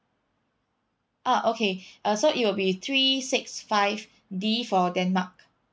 ah okay uh so it will be three six five D for denmark